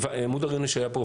מודר יונס שהיה פה,